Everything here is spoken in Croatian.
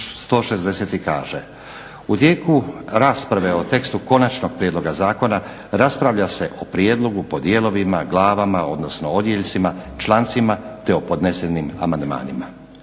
160. kaže: "U tijeku rasprave o tekstu konačnog prijedloga zakona raspravlja se o prijedlogu po dijelovima, glavama odnosno odjeljcima, člancima te o podnesenim amandmanima."